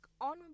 on